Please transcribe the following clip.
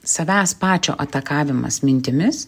savęs pačio atakavimas mintimis